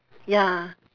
ya